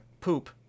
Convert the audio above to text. poop